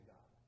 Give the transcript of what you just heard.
God